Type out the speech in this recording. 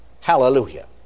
Hallelujah